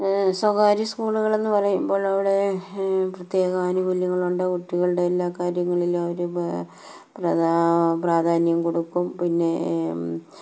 സ്വകാര്യ സ്കൂളുകളെന്ന് പറയുമ്പോൾ അവിടെ പ്രത്യേക ആനുകൂല്യങ്ങളുണ്ട് കുട്ടികളുടെ എല്ലാ കാര്യങ്ങളിലും അവര് പ്രാധാന്യം കൊടുക്കും പിന്നെ